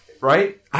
right